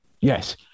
Yes